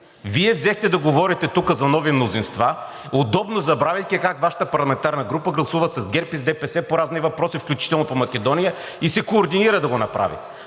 Вие взехте да говорите тук за нови мнозинства, удобно забравяйки как Вашата парламентарна група гласува с ГЕРБ и с ДПС по разни въпроси, включително по Македония, и се координира да го направи.